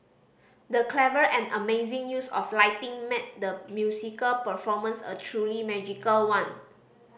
the clever and amazing use of lighting made the musical performance a truly magical one